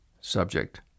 subject